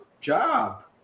job